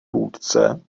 vůdce